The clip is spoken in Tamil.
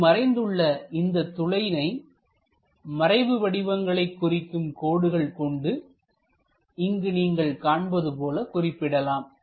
இங்கு மறைந்துள்ள இந்த துளையினை மறைவு வடிவங்களை குறிக்கும் கோடுகள் கொண்டு இங்கு நீங்கள் காண்பது போல குறிப்பிடலாம்